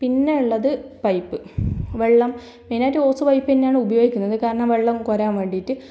പിന്നെയുള്ളത് പൈപ്പ് വെള്ളം മെയിനായിട്ട് ഓസ് പൈപ്പ് തന്നെയാണ് ഉപയോഗിക്കുന്നത് കാരണം വെള്ളം കോരാൻ വേണ്ടിയിട്ട്